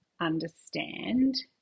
understand